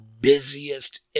busiest